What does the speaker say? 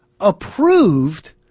approved